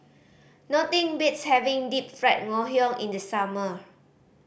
nothing beats having Deep Fried Ngoh Hiang in the summer